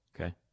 okay